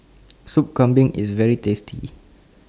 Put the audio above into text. Sup Kambing IS very tasty